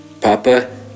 Papa